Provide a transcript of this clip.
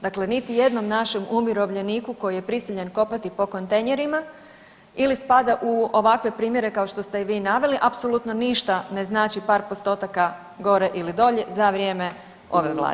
Dakle, niti jednom našem umirovljeniku koji je prisiljen kopati po kontejnerima ili spada u ovakve primjer kao što ste i vi naveli, apsolutno ništa ne znači par postotaka gore ili dolje za vrijeme ove Vlade.